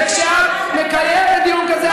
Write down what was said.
וכשאת מקיימת דיון כזה,